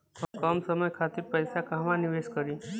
कम समय खातिर के पैसा कहवा निवेश करि?